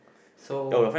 so